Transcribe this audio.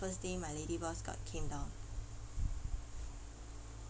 first day my lady boss got came down